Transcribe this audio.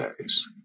days